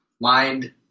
mind